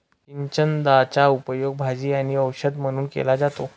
चिचिंदाचा उपयोग भाजी आणि औषध म्हणून केला जातो